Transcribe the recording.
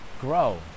grow